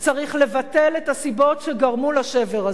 צריך לבטל את הסיבות שגרמו לשבר הזה.